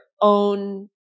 own